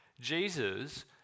Jesus